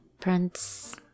Prince